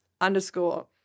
underscore